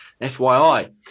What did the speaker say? FYI